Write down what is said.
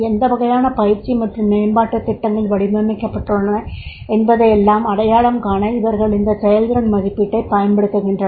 எந்த வகையான பயிற்சி மற்றும் மேம்பாட்டுத் திட்டங்கள் வடிவமைக்கப்பட்டுள்ளன என்பதை அடையாளம் காண அவர்கள் இந்த செயல்திறன் மதிப்பீட்டைப் பயன்படுத்துகின்றனர்